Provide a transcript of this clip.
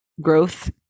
Growth